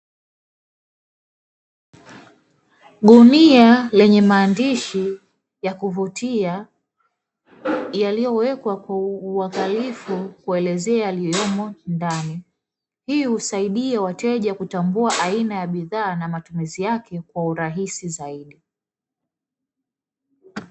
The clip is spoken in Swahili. Gunia lenye maandishi ya kuvutia yaliyowekwa kwa uangalifu kuelezea yaliyomo ndani, hii husaidia wateja kutambua aina ya bidhaa na matumizi yake kwa urahisi zaidi.